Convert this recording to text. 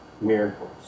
miracles